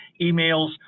emails